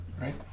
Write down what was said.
right